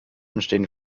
entstehen